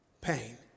Pain